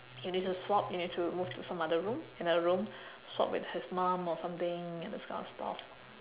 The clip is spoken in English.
you need to swap you need to move to some other room another room swap with his mum or something those kind of stuff